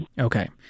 Okay